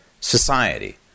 society